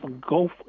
go